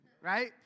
right